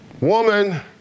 woman